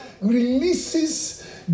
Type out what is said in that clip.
releases